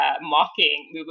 mocking